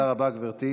תודה רבה, גברתי.